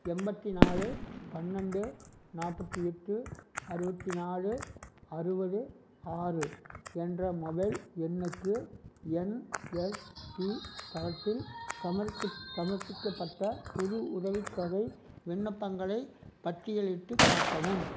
எண்பத்தி நாலு பன்னெண்டு நாற்பத்தி எட்டு அறுபத்தி நாலு அறுபது ஆறு என்ற மொபைல் எண்ணுக்கு என்எஸ்பி தளத்தில் சமர்ப் சமர்ப்பிக்கப்பட்ட புது உதவித்தொகை விண்ணப்பங்களைப் பட்டியலிட்டுக் காட்டவும்